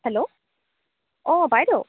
hello অঁ বাইদেউ